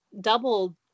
double